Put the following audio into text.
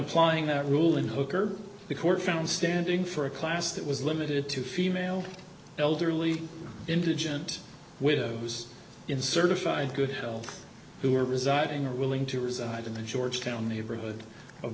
applying that rule in hooker the court found standing for a class that was limited to female elderly indigent widows in certified good who were residing or willing to reside in the georgetown neighborhood of